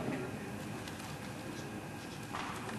ההצעה להעביר את הנושא לוועדת החוץ והביטחון